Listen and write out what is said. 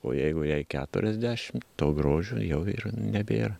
o jeigu jai keturiasdešimt to grožio jau ir nebėra